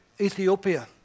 Ethiopia